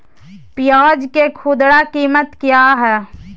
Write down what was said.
प्याज के खुदरा कीमत क्या है?